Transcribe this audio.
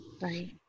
Right